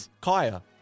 Kaya